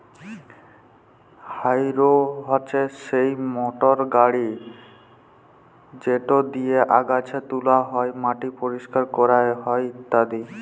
harrow হছে সেই motor গাড়ি যেট দিঁয়ে আগাছা তুলা হ্যয়, মাটি পরিষ্কার ক্যরা হ্যয় ইত্যাদি